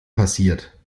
passiert